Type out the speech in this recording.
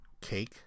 cake